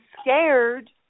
scared